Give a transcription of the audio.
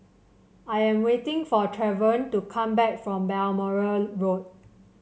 I am waiting for Travon to come back from Balmoral Road